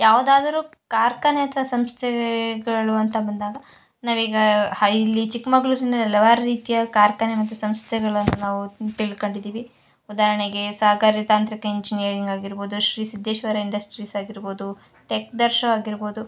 ಯಾವುದಾದರು ಕಾರ್ಖಾನೆ ಅಥ್ವಾ ಸಂಸ್ಥೆಗಳು ಅಂತ ಬಂದಾಗ ನಾವೀಗ ಹೈಲಿ ಚಿಕ್ಕಮಗಳೂರಿನ ಹಲವಾರು ರೀತಿಯ ಕಾರ್ಖಾನೆ ಮತ್ತು ಸಂಸ್ಥೆಗಳನ್ನು ನಾವು ತಿಳ್ಕೊಂಡಿದಿವಿ ಉದಾರಣೆಗೆ ಸಾಕಾರಿ ತಾಂತ್ರಿಕ ಇಂಜಿನಿಯರಿಂಗ್ ಆಗಿರಬೌದು ಶ್ರೀ ಸಿದ್ದೇಶ್ವರ ಇಂಡಸ್ಟ್ರೀಸ್ ಆಗಿರಬೌದು ಟೆಕ್ ದರ್ಶ ಆಗಿರಬೌದು